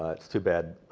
ah it's too bad,